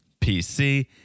PC